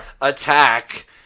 attack